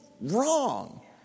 wrong